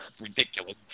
ridiculous